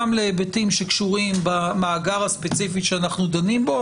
להיבטים שקשורים במאגר הספציפי שאנחנו דנים בו,